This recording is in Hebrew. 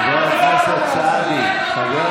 חבר הכנסת סעדי.